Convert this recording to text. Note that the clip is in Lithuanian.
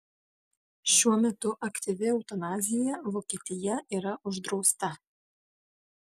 šiuo metu aktyvi eutanazija vokietija yra uždrausta